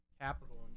capital